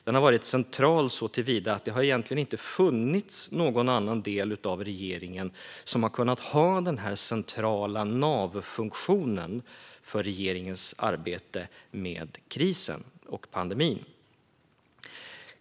Den har varit central såtillvida att det egentligen inte har funnits någon annan del av regeringen som har kunnat ha den här central navfunktionen för regeringens arbete med krisen och pandemin.